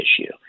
issue